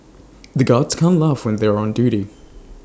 the guards can't laugh when they are on duty